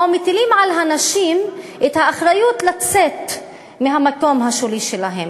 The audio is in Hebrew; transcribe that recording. או מטילים על הנשים את האחריות לצאת מהמקום השולי שלהן,